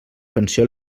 pensió